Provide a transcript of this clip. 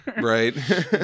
Right